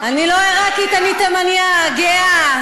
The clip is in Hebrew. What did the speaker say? אני לא עיראקית, אני תימנייה גאה.